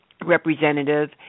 representative